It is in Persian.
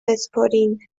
بسپرین